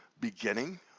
beginning